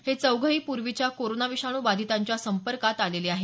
हे चौघंही पूर्वीच्या कोरोना विषाणू बधितांच्या संपर्कात आलेले आहेत